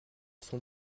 sont